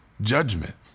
judgment